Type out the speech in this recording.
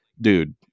dude